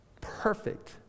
perfect